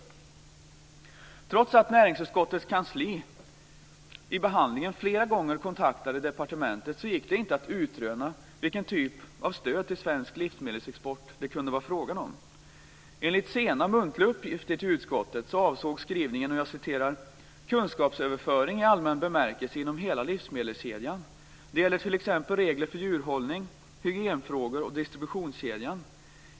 Trots att näringsutskottets kansli vid behandlingen flera gånger kontaktade departementet gick det inte att utröna vilken typ av stöd till svensk livsmedelsexport som det kunde vara fråga om. Enligt sena, muntliga, uppgifter till utskottet avsåg skrivningen "kunskapsöverföring i allmän bemärkelse inom hela livsmedelskedjan. Det gäller t.ex. regler för djurhållning, hygienfrågor och distributionskedjan.